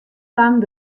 lang